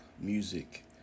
music